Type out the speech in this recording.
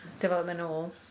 developmental